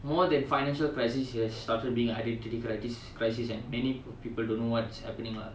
more than financial crisis has started being identity crisis and many people don't know what's happening lah